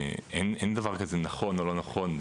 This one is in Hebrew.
אין דבר כזה נכון או לא נכון.